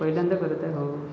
पहिल्यांदा करत आहे भाऊ